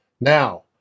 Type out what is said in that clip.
Now